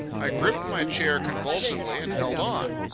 i gripped my chair convulsively and held on.